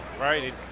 right